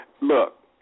look